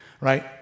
right